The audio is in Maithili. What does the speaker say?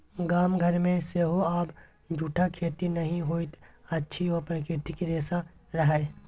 गाम घरमे सेहो आब जूटक खेती नहि होइत अछि ओ प्राकृतिक रेशा रहय